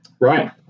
Right